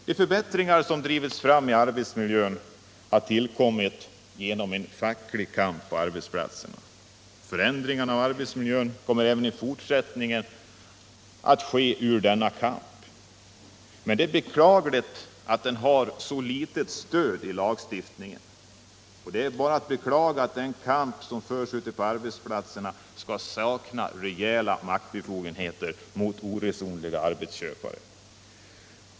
De förbättringar i arbetsmiljön som drivits fram har tillkommit genom en facklig kamp på arbetsplatserna. Förändringen av arbetsmiljön kommer även i fortsättningen att vara ett resultat av denna kamp. Men det är beklagligt att den har så litet stöd i lagstiftningen. Det är bara att beklaga att det skall saknas rejäla maktbefogenheter för den kamp som förs på arbetsplatserna mot oresonliga arbetsköpare.